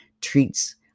treats